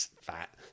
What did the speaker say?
fat